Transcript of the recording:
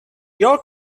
your